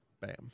Bam